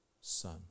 Son